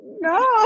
No